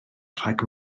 rhag